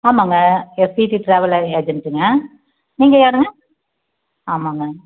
ஆமாங்க SVD travel ஏஜென்ட்டுங்க நீங்கள் யாருங்க ஆமாங்க